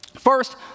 First